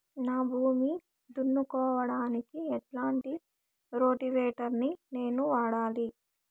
నా భూమి దున్నుకోవడానికి ఎట్లాంటి రోటివేటర్ ని నేను వాడాలి?